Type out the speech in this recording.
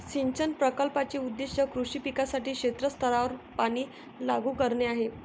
सिंचन प्रकल्पाचे उद्दीष्ट कृषी पिकांसाठी क्षेत्र स्तरावर पाणी लागू करणे आहे